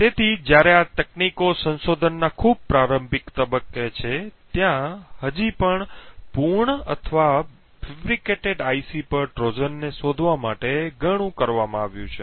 તેથી જ્યારે આ તકનીકો સંશોધનના ખૂબ પ્રારંભિક તબક્કે છે ત્યાં હજી પણ પૂર્ણ અથવા બનાવટી આઈસી પર ટ્રોજનને શોધવા માટે ઘણું કરવામાં આવ્યું છે